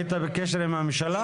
היית בקשר עם הממשלה?